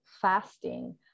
fasting